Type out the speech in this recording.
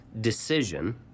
decision